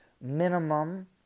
minimum